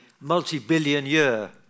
multi-billion-year